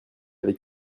avait